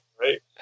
right